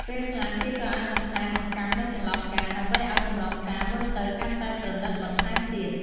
ពេលខ្លះ គេក៏អាចបន្ថែមអង្កាំនៅចន្លោះផ្កា ដើម្បីឲ្យកម្រងផ្កាមើលទៅកាន់តែប្រណិតបន្ថែមទៀត។